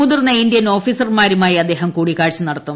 മുതിർന്ന ഇന്ത്യൻ ഓഫീസറുമാരുമായി അദ്ദേഹം കൂടിക്കാഴ്ച നടത്തും